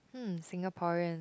hmm Singaporean